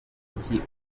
utagukunda